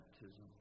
baptism